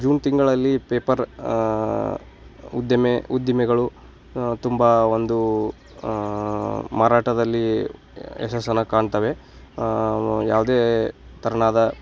June ತಿಂಗಳಲ್ಲಿ paper ಉದ್ದಿಮೆ ಉದ್ದಿಮೆಗಳು ತುಂಬ ಒಂದು ಮಾರಾಟದಲ್ಲಿ ಯಶಸ್ಸನ್ನು ಕಾಣ್ತವೆ ಯಾವುದೇ ತೆರ್ನಾದ